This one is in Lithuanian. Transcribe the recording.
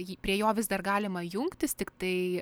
jį prie jo vis dar galima jungtis tiktai